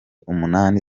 umunani